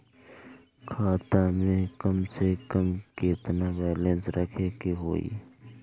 खाता में कम से कम केतना बैलेंस रखे के होईं?